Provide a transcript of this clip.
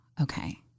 okay